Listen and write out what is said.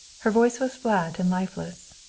her voice was flat and lifeless.